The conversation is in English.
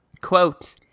Quote